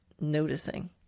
noticing